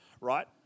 right